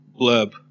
blurb